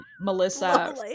Melissa